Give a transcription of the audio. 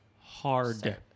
hard